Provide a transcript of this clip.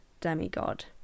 demigod